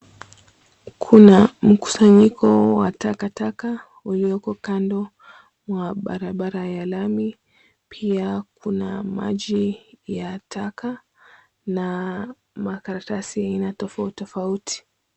Kuna mkusanyiko wa takataka ulioko kando mwa barabara ya lami. Pia kuna maji ya taka na makaratasi aina tofauti tofauti.